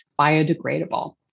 biodegradable